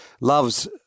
loves